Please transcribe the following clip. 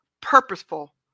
purposeful